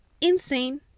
Insane